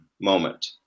Moment